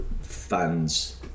fans